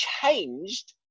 changed